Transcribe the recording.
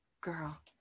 Girl